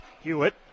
Hewitt